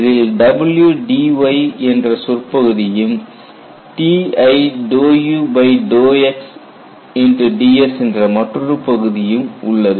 இதில் Wdy என்ற சொற்பகுதியும் Ti uxds என்ற மற்றொரு பகுதியும் உள்ளது